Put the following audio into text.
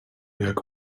jak